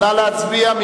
נא להצביע.